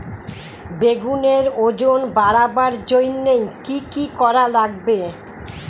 বেগুনের ওজন বাড়াবার জইন্যে কি কি করা লাগবে?